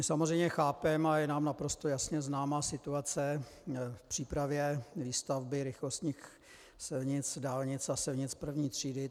Samozřejmě chápeme a je nám naprosto jasně známá situace v přípravě výstavby rychlostních silnic, dálnic a silnic první třídy.